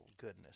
goodness